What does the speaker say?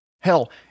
Hell